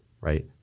right